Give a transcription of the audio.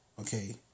Okay